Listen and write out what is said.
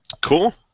Cool